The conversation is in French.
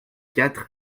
quatre